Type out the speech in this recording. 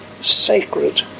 sacred